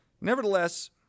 nevertheless